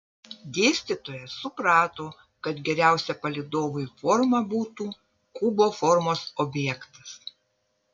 dėstytojas suprato kad geriausia palydovui forma būtų kubo formos objektas